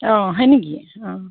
অঁ হয় নেকি অঁ